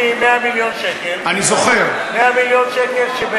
הביא 100 מיליון שקל, 100 מיליון שקל.